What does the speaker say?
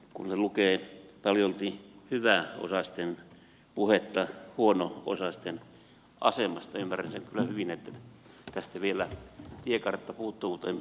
kun tässä lukee paljolti hyväosaisten puhetta huono osaisten asemasta ymmärrän sen kyllä hyvin että tästä vielä tiekartta puuttuu kuten ministeri totesi